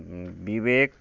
विवेक